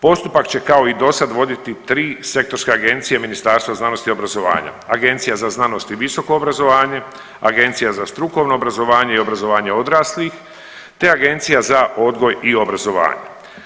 Postupak će kao i do sad voditi tri sektorske agencije Ministarstva znanosti i obrazovanja Agencija za znanost i visoko obrazovanje, Agencija za strukovno obrazovanje i obrazovanje odraslih, te Agencija za odgoj i obrazovanje.